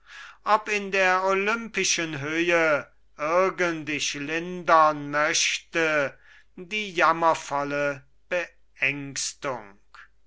ob in der olympischen höhe irgend ich lindern möchte die